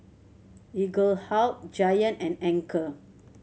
Eaglehawk Giant and Anchor